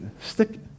Stick